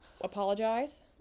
apologize